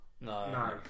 No